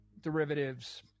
derivatives